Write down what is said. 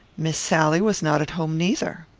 miss sally was not at home neither.